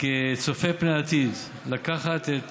כצופה פני עתיד, לקחת את